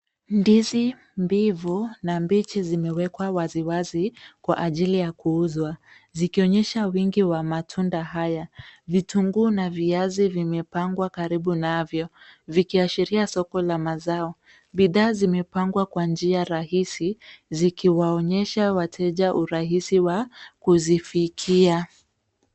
Ndizi mbivu na mbichi zimewekwa waziwazi kwa ajili ya kuuzwa zikionyesha wingi wa matunda haya. Vitunguu na viazi vimepangwa karibu navyo vikiashiria soko la mazao. Bidhaa zimepangwa kwa njia rahisi zikiwaonyesha wateja urahisi wa kuzifikia.